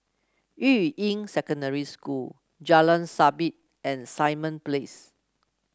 Yuying Secondary School Jalan Sabit and Simon Place